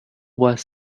west